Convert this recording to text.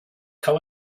come